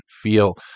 feel